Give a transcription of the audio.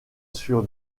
sur